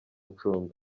icumbi